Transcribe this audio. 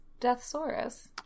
deathsaurus